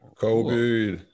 Kobe